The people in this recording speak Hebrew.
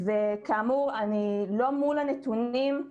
כאמור, אני לא מול הנתונים,